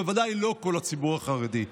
בוודאי לא כל הציבור החרדי.